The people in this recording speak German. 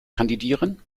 kandidieren